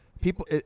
people